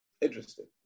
Interesting